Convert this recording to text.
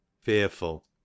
fearful